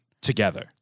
together